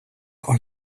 all